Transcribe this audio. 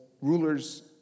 rulers